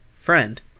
Friend